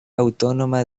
autónoma